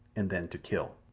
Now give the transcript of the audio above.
and then to kill.